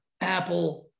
Apple